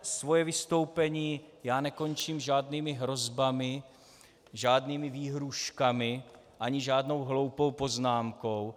Svoje vystoupení ale nekončím žádnými hrozbami, žádnými výhrůžkami ani žádnou hloupou poznámkou.